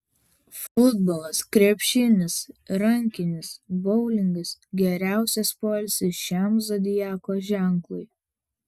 futbolas krepšinis rankinis boulingas geriausias poilsis šiam zodiako ženklui